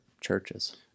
churches